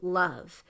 love